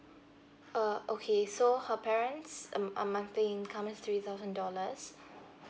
err okay so her parents um um monthly income is three thousand dollars